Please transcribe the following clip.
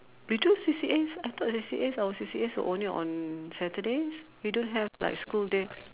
we do have C_C_As I thought the C_C_As our C_C_As were only on Saturdays we don't have like school day